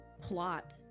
plot